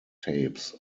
tapes